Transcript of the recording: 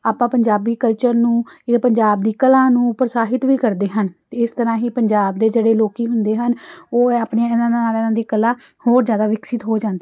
ਆਪਾਂ ਪੰਜਾਬੀ ਕਲਚਰ ਨੂੰ ਜਿਵੇਂ ਪੰਜਾਬ ਦੀ ਕਲਾ ਨੂੰ ਪ੍ਰੋਤਸਾਹਿਤ ਵੀ ਕਰਦੇ ਹਨ ਅਤੇ ਇਸ ਤਰ੍ਹਾਂ ਹੀ ਪੰਜਾਬ ਦੇ ਜਿਹੜੇ ਲੋਕ ਹੁੰਦੇ ਹਨ ਉਹ ਇਹ ਆਪਣੀਆਂ ਇਹਨਾਂ ਨਾਲ ਇਹਨਾਂ ਦੀ ਕਲਾ ਹੋਰ ਜ਼ਿਆਦਾ ਵਿਕਸਿਤ ਹੋ ਜਾਂਦ